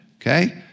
okay